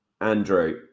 Andrew